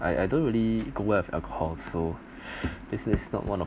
I I don't really go well with alcohol so this is not one of